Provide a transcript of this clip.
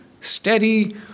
steady